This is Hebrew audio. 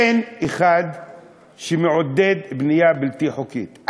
אין אחד שמעודד בנייה בלתי חוקית.